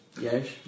Yes